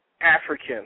African